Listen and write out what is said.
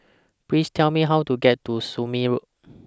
Please Tell Me How to get to Somme Road